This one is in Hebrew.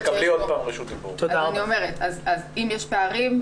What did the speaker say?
אני אומרת אם יש פערים,